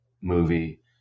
movie